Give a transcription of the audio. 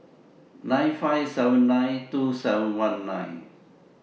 nine five seven nine two seven one nine